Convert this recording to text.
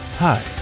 Hi